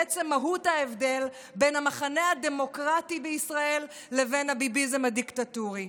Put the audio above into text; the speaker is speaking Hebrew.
בעצם מהות ההבדל בין המחנה הדמוקרטי בישראל לבין הביביזם הדיקטטורי.